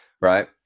right